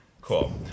cool